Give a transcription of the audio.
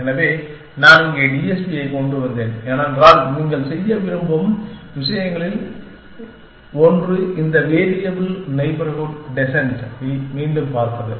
எனவே நான் இங்கே டிஎஸ்பியைக் கொண்டுவந்தேன் ஏனென்றால் நீங்கள் செய்ய விரும்பும் விஷயங்களில் ஒன்று இந்த வேரியபல் நெய்பர்ஹூட் டெஸ்ண்ட் ஐ மீண்டும் பார்ப்பது